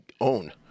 own